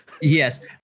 yes